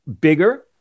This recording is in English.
bigger